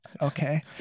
okay